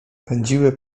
pędziły